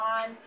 on